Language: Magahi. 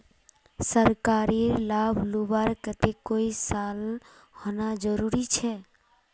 सरकारी लाभ लुबार केते कई साल होना जरूरी छे?